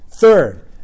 Third